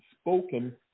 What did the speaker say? spoken